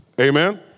Amen